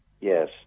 Yes